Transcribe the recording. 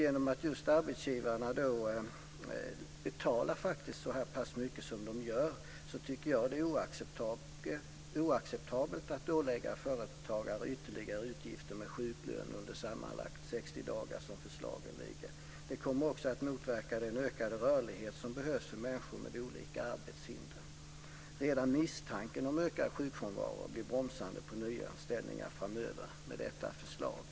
Genom att just arbetsgivarna betalar så pass mycket som de faktiskt gör är det, tycker jag, oacceptabelt att ålägga företagare ytterligare utgifter med sjuklön under sammanlagt 60 dagar, som förslaget ligger. Det kommer också att motverka den ökade rörlighet som behövs för människor med olika arbetshinder. Redan misstanken om ökad sjukfrånvaro blir bromsande för nyanställningar framöver med detta förslag.